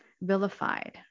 vilified